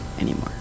anymore